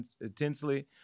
intensely